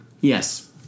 Yes